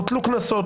הוטלו קנסות,